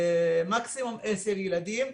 מקסימום 10 ילדים,